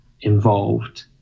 involved